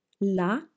La